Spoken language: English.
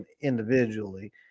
individually